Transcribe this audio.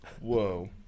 Whoa